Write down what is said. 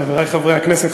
חברי חברי הכנסת,